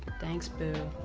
thanks, boo.